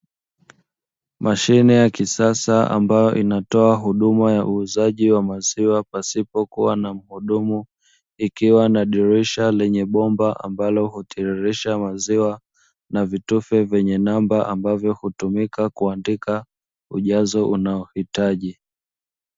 Mashine ya kisasa ambayo inatoa huduma ya uuzaji wa maziwa pasipo kuwa na mhudumu, ikiwa na dirisha lenye bomba ambalo hutiririsha maziwa na vitufe vyenye namba ambavyo hutumika kuandika ujazo unaohitaji.